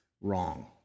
wrong